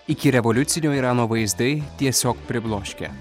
ikirevoliucinio irano vaizdai tiesiog pribloškia